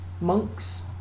monks